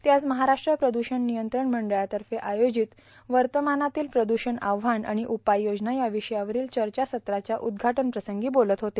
ते आज महाराष्ट्र प्रद्षण नियंत्रण मंडळातफ आयोजित वतमानातील प्रद्षण आव्हान आर्गाण उपाययोजना या विषयावरोल चचासत्राच्या उद्घाटनप्रसंगी बोलत होते